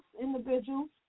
individuals